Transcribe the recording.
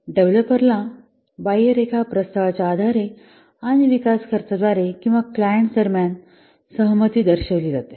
तर डेव्हलपर ला बाह्य रेखा प्रस्तावाच्या आधारे आणि विकास खर्चाद्वारे आणि क्लायंटस दरम्यान सहमती दर्शविली जाते